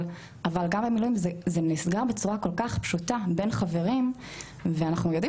אבל גם במילואים זה נסגר בצורה כל כך פשוטה בין חברים ואנחנו יודעים